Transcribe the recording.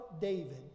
David